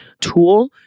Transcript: tool